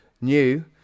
new